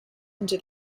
into